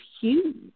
huge